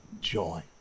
joy